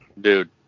dude